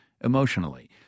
emotionally